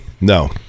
No